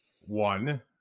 one